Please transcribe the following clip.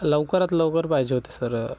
लवकरात लवकर पाहिजे होते सर